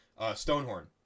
Stonehorn